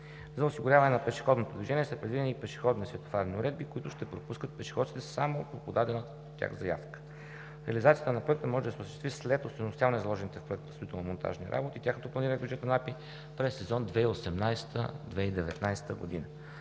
За осигуряване на пешеходното движение са предвидени пешеходни светофарни уредби, които ще пропускат пешеходците само по подадена от тях заявка. Реализацията на проекта може да се осъществи след остойностяване на заложени в проекта строително-монтажни работи и тяхното планиране в бюджета на АПИ през сезон 2018 – 2019 г.